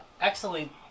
excellent